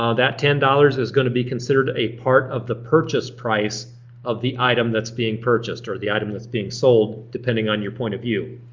that ten dollars is gonna be considered a part of the purchase price of the item that's being purchased or the item that's being sold, depending on your point of view.